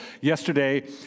yesterday